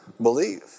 believe